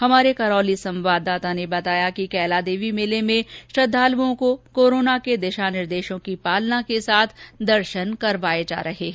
हमारे करौती संवाददाता ने वताया है कि कैला देवी मंदिर में श्रद्धालुओं को कोरोना के दिशा निर्देशों की पालना के साथ दर्शन करवाए जा रहे हैं